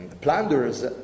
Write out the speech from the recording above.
plunderers